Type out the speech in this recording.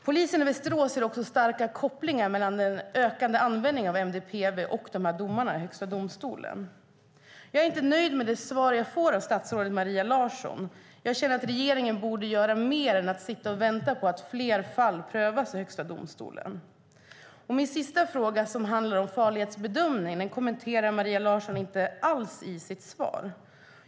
Polisen i Västerås ser också starka kopplingar mellan den ökande användningen av MDPV och domarna i Högsta domstolen. Jag är inte nöjd med det svar jag får av statsrådet Maria Larsson. Jag känner att regeringen borde göra mer än att sitta och vänta på att fler fall prövas i Högsta domstolen. Mina sista frågor, som handlar om farlighetsbedömning, kommenterar Maria Larsson inte alls i sitt svar.